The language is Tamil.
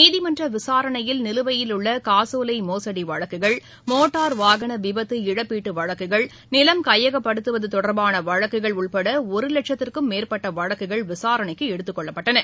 நீதிமன்ற விசாரணையில் நிலுவையில் உள்ள காசோலை மோசடி வழக்குகள் மோட்டார் வாகன விபத்து இழப்பீட்டு வழக்குகள் நிலம் கையகப்படுத்துவது தொடர்பாள வழக்குள் உட்பட ஒரு லட்சத்திற்கும் மேற்பட்ட வழக்குகள் விசாரணைக்கு எடுத்துக் கொள்ளப்படவுள்ளன